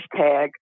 hashtag